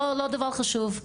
לא דבר חשוב,